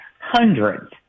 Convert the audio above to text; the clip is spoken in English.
hundreds